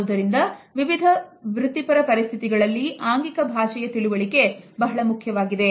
ಆದುದರಿಂದ ವಿವಿಧ ವೃತ್ತಿಪರ ಪರಿಸ್ಥಿತಿಗಳಲ್ಲಿ ಆಂಗಿಕ ಭಾಷೆಯ ತಿಳುವಳಿಕೆ ಬಹಳ ಮುಖ್ಯವಾಗಿದೆ